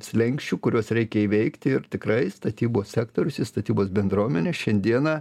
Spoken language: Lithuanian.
slenksčių kuriuos reikia įveikti ir tikrai statybos sektorius ir statybos bendruomenė šiandieną